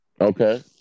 Okay